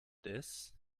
this